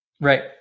Right